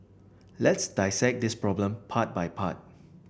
let's dissect this problem part by part